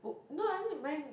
no I mean mine